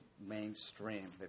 mainstream